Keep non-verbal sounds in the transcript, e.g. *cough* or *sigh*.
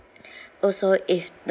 *breath* also if